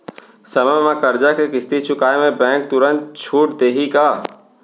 समय म करजा के किस्ती चुकोय म बैंक तुरंत छूट देहि का?